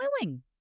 willing